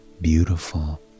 beautiful